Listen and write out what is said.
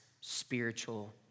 spiritual